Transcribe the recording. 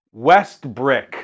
Westbrick